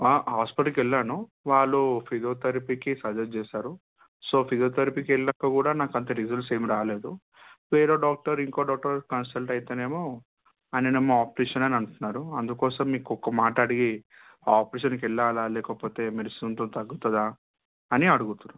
హాస్పిటిల్కు వెళ్ళాను వాళ్ళు ఫిజియోథెరపీకి సజెస్ట్ చేశారు సో ఫిజియోథెరపీకి వెళ్ళినప్పుడు కూడా నాకు అంత రిసల్స్ ఏమి రాలేదు వేరే డాక్టర్ ఇంకో డాక్టర్ కన్సల్ట్ అయితే ఏమో ఆయన ఏమో ఆపరేషన్ అంటున్నాడు అందుకోసం మీకు ఒక మాట అడిగి ఆపరేషన్కి వెళ్ళాలా లేకపోతే మెడిసిన్స్తో తగ్గుతుందా అని అడుగుతుర్రు